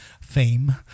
fame